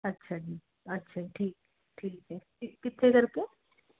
ਅੱਛਾ ਜੀ ਅੱਛਾ ਠੀਕ ਠੀਕ ਹੈ ਕਿੱਥੇ ਕਰਕੇ